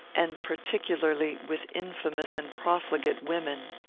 and particularly with infamous and profligate women.